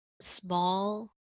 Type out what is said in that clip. small